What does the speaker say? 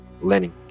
Lenin